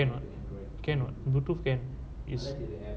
cannot bluetooth can is